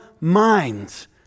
minds